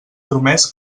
promès